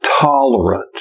tolerance